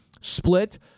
split